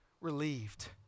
relieved